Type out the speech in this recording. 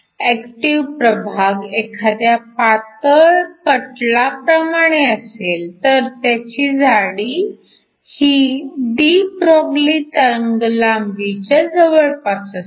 active प्रभाग एखाद्या पातळ पटलाप्रमाणे असेल तर त्याची केवळ जाडी ही डी ब्रॉग्ली तरंगलांबी च्या जवळपास असते